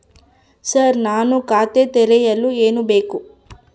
Sir ನಾನು ಖಾತೆ ತೆರೆಯಲು ಏನು ಬೇಕು?